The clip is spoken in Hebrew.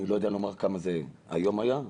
אני לא יודע לומר כמה זה היום היה.